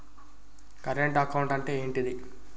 Current account అంటే ఏంటిది?